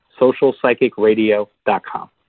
socialpsychicradio.com